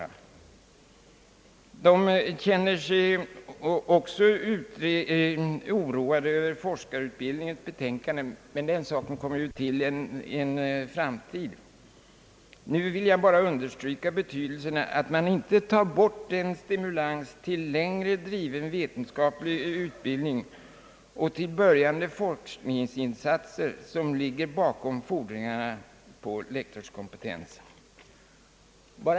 Grundforskarna känner sig också oroade över forskarutbildningens utformning, men betänkandet om detta kommer vi ju att behandla vid något senare tillfälle. Jag vill nu bara understryka betydelsen av att man inte tar bort den stimulans till längre driven vetenskaplig utbildning och till påbörjande av forskningsinsatser, som fordringarna på lektorskompetens innebär.